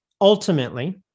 Ultimately